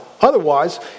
Otherwise